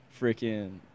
freaking